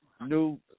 new